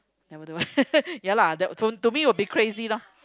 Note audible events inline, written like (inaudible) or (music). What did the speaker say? never do one (laughs) ya lah that to to me will be crazy lor